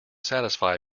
satisfy